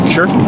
Sure